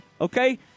okay